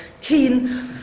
keen